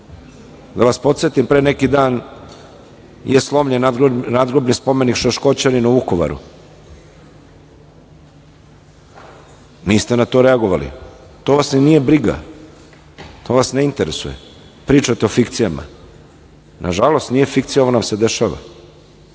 Da vas podsetim pre neki dan je slomljen nadgrobni spomenik Šoškoćaninu u Vukovaru, niste na to reagovali, to vas nije briga, to vas ne interesuje. Pričate o fikcijama, nažalost nije fikcija ovo nam se dešava.